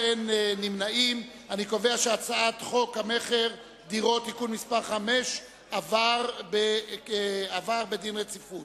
הודעת הממשלה על רצונה להחיל דין רציפות